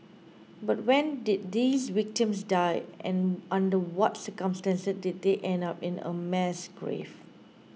but when did these victims die and under what circumstances did they end up in a mass grave